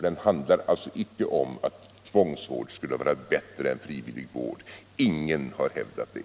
Den handlar alltså icke om att tvångsvård skulle vara bättre än frivillig vård. Ingen har hävdat det.